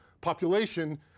population